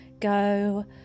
go